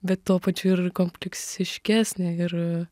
bet tuo pačiu ir kompleksiškesnė ir